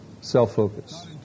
Self-focus